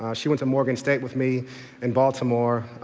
she went to morgan state with me in baltimore.